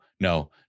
no